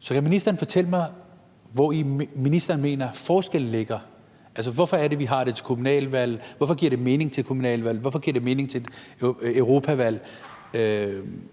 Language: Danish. Så kan ministeren fortælle mig, hvori ministeren mener forskellen ligger? Hvorfor er det, vi har det til kommunalvalg? Hvorfor giver det mening til kommunalvalg, hvorfor giver det mening til et